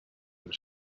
and